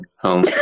home